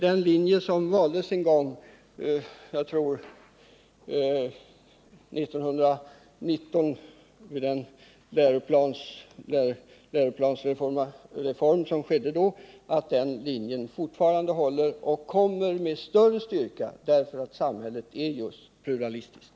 Den linje som valdes en gång — jag tror att det var 1919 som läroplansreformen genomfördes — håller fortfarande, och det kommer den att göra än mer just därför att samhället är pluralistiskt.